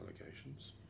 allegations